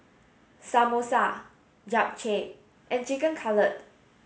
Samosa Japchae and Chicken Cutlet